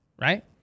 right